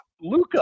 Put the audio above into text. Luca